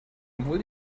obwohl